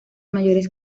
mayores